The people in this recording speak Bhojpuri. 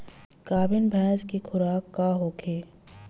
गाभिन भैंस के खुराक का होखे?